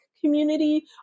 community